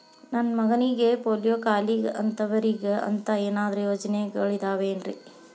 ನನ್ನ ಮಗನಿಗ ಪೋಲಿಯೋ ಕಾಲಿದೆ ಅಂತವರಿಗ ಅಂತ ಏನಾದರೂ ಯೋಜನೆಗಳಿದಾವೇನ್ರಿ?